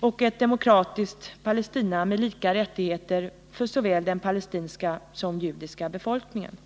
och ett demokratiskt Palestina med lika rättigheter för såväl den palestinska som den judiska befolkningen.